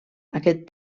aquest